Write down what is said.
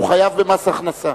הוא חייב במס הכנסה.